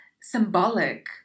symbolic